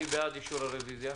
מי בעד אישור הרוויזיה?